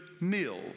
meal